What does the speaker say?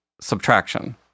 subtraction